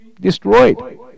destroyed